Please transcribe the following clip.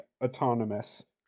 autonomous